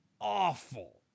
awful